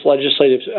legislative